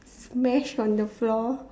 smash on the floor